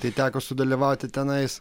tai teko sudalyvauti tenais